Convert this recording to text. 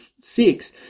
six